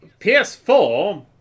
PS4